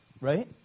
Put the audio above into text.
right